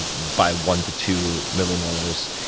by one to two millimolars.